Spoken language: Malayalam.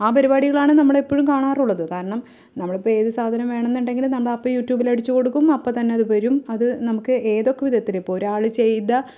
ആ പരിപാടികളാണ് നമ്മളെപ്പോഴും കാണാറുള്ളത് കാരണം നമ്മളിപ്പം ഏത് സാധനം വേണം എന്നുണ്ടെങ്കിലും നമ്മൾ അപ്പോൾ യൂടുബില് അടിച്ചു കൊടുക്കും അപ്പോൾ തന്നെ അത് വരും അത് നമുക്ക് ഏതൊക്കെ വിധത്തിൽ ഇപ്പോൾ ഒരാൾ ചെയ്ത